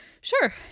sure